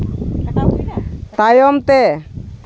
ᱛᱟᱭᱚᱢ ᱛᱮ